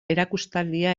erakustaldia